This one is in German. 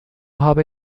habe